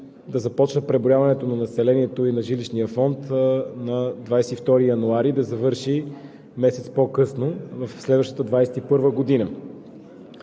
да започне преброяването на населението и на жилищния фонд на 22 януари и да завърши месец по късно в следващата 2021 г.